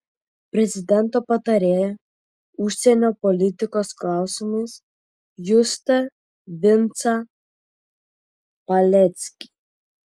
prezidento patarėją užsienio politikos klausimais justą vincą paleckį